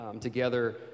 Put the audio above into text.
together